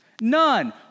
None